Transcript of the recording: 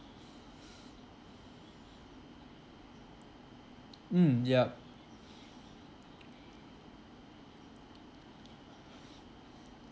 mm yup